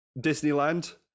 Disneyland